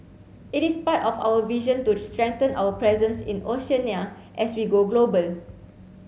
it is part of our vision to strengthen our presence in Oceania as we go global